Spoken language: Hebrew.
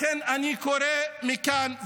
אני קורא מכאן,